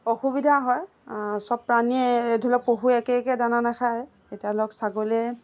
অসুবিধা হয় চব প্ৰাণীয়ে ধৰি লওক পশুৱে একে একে দানা নাখায় এতিয়া লওক ছাগলীয়ে